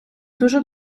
дуже